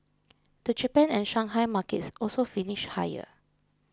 the Japan and Shanghai markets also finished higher